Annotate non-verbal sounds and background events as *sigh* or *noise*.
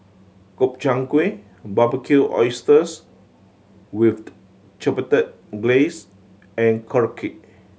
Gobchang Gui Barbecued Oysters with *unintelligible* Chipotle Glaze and Korokke